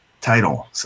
title